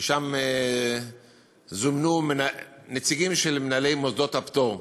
ולשם זומנו נציגים של מנהלי מוסדות הפטור.